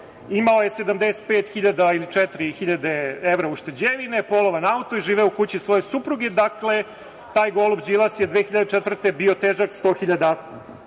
Imao je 75.000 ili 4.000 evra ušteđevine, polovan auto i živeo u kući svoje supruge. Dakle, taj golub Đilas je 2004. godine, bio težak 100.000 evra. Posle